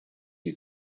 you